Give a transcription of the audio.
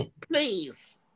Please